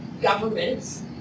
governments